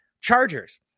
Chargers